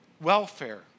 welfare